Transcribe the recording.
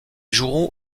joueront